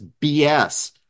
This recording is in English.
BS